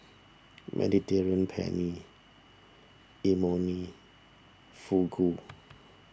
Mediterranean Penne Imoni Fugu